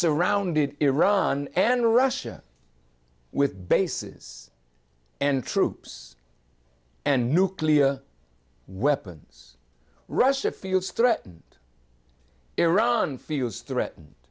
surrounded iran and russia with bases and troops and nuclear weapons russia feels threatened iran feels threatened